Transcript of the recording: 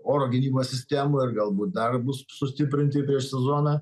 oro gynybos sistemų ir galbūt dar bus sustiprinti prieš sezoną